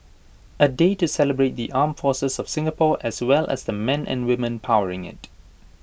A day to celebrate the armed forces of Singapore as well as the men and women powering IT